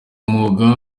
mwuga